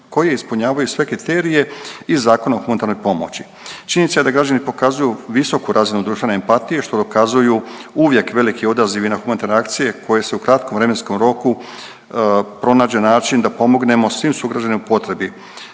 koje ispunjavaju sve kriterije iz Zakona o humanitarnoj pomoći. Činjenica je da građani pokazuju visoku razinu društvene empatije, što dokazuju uvijek veliki odazivi na humanitarne akcije koje se u kratkom vremenskom roku pronađe način da pomognemo svim sugrađanima u potrebi,